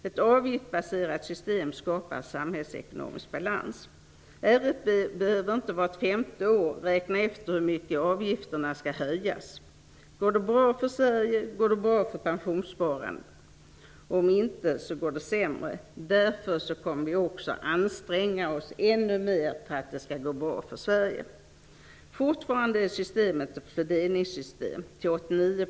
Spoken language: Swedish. Ett avgiftsfinansierat system skapar samhällsekonomisk balans. RFV behöver inte vart femte år räkna efter hur mycket avgifterna skall höjas. Om det går bra för Sverige, går det bra för pensionssparandet -- om inte, går det sämre. Därför kommer vi att anstränga oss ännu mera för att det skall gå bra för Sverige. Fortfarande är systemet ett fördelningssystem till Varför?